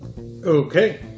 Okay